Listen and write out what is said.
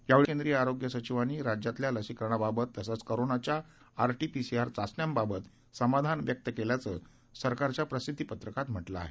यावेळी केंद्रीय आरोग्य सचिवांनी राज्यातल्या लसीकरणाबाबत तसंच कोरोनाच्या आरटीपीसीआर चाचण्यांबाबत समाधान व्यक्त केल्याचं सरकारच्या प्रसिद्धीपत्रकात म्हटलं आहे